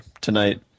tonight